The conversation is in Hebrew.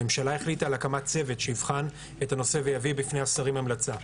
הממשלה החליטה על הקמת צוות שיבחן את הנושא ויביא בפני השרים המלצה.